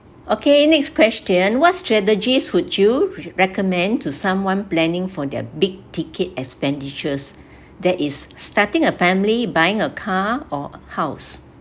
okay next question what strategies would you recommend to someone planning for their big ticket expenditures that is starting a family buying a car or house